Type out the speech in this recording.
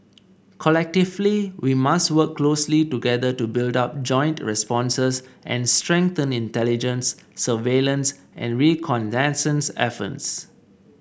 collectively we must work closely together to build up joint responses and strengthen intelligence surveillance and reconnaissance efforts